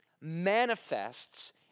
manifests